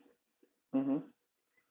mmhmm